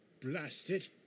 blasted